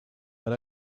but